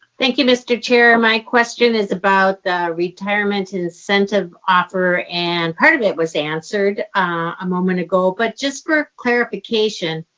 thank you, mr. chair. my question is about the retirement incentive offer and part of it was answered a moment ago, but just for clarification,